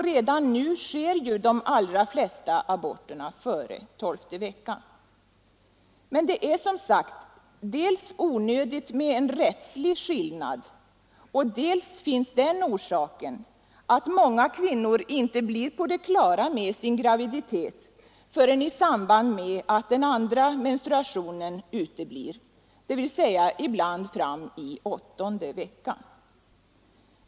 Redan nu sker ju de allra flesta aborter före tolfte veckan. Men dels är det, som sagt, onödigt med en rättslig skillnad, dels finns den orsaken att många kvinnor inte blir på det klara med sin graviditet förrän i samband med att den andra menstruationen uteblir, dvs. ibland fram i åttonde veckan.